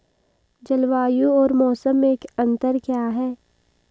जलवायु और मौसम में अंतर क्या है?